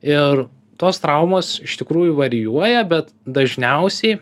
ir tos traumos iš tikrųjų varijuoja bet dažniausiai